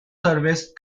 service